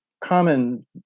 common